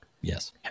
Yes